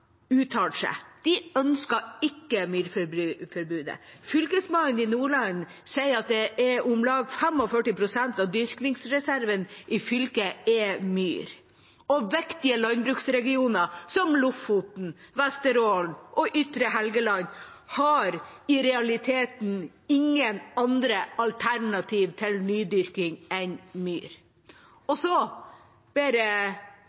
De ønsker ikke myrforbudet. Fylkesmannen i Nordland sier at om lag 45 pst. av dyrkingsreserven i fylket er myr. Viktige landbruksregioner som Lofoten, Vesterålen og ytre Helgeland har i realiteten ingen andre alternativ til nydyrking enn myr. Så ber jeg ministeren og